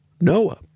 Noah